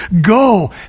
Go